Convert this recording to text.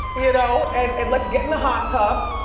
you know and and let's get in the hot tub.